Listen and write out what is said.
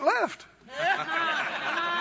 left